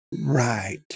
Right